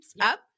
up